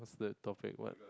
like topic what